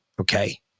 okay